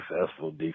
successful